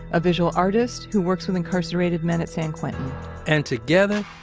a visual artist who works with incarcerated men at san quentin and, together,